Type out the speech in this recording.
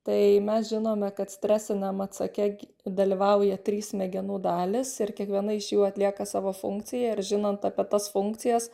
tai mes žinome kad stresiniam atsake dalyvauja trys smegenų dalys ir kiekviena iš jų atlieka savo funkciją ir žinant apie tas funkcijas